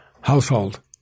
household